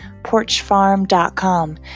Porchfarm.com